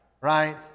right